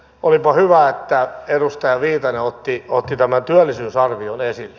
olipa hyvä että edustaja viitanen otti tämän työllisyysarvion esille